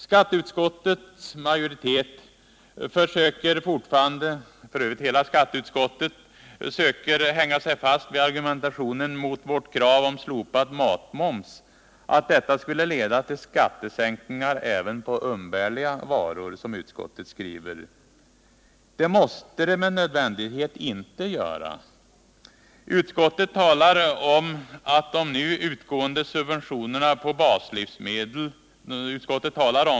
Skatteutskottet försöker fortfarande att hänga fast vid argumentationen mot vårt krav på slopad matmoms. Detta skulle leda till skattesänkningar även på umbärliga varor, skriver utskottet. Det måste det med nödvändighet inte göra. Utskottet talar om de nu utgående subventionerna på baslivsmedel.